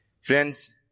Friends